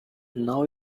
now